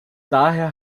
daher